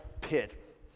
pit